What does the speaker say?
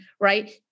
right